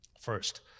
First